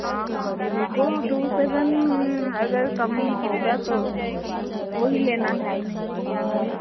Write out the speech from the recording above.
हाँ हाँ भीबो टू सेवेन अगर कम होगा तो वही लेना है और